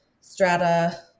Strata